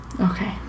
Okay